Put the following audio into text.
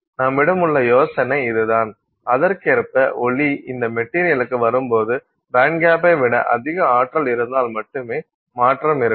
நம்மிடம் உள்ள யோசனை இதுதான் அதற்கேற்ப ஒளி இந்த மெட்டீரியலுக்கு வரும்போது பேண்ட்கேப்பை விட அதிக ஆற்றல் இருந்தால் மட்டுமே மாற்றம் இருக்கும்